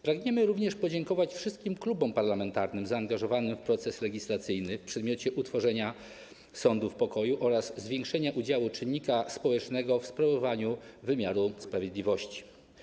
Pragniemy również podziękować wszystkim klubom parlamentarnym zaangażowanym w proces legislacyjny w przedmiocie utworzenia sądów pokoju oraz zwiększenia udziału czynnika społecznego w sprawowaniu wymiaru sprawiedliwości.